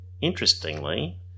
interestingly